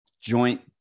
Joint